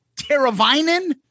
Teravainen